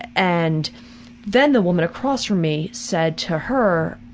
and then the woman across from me said to her,